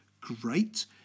great